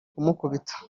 kumukubita